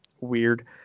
weird